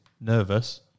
nervous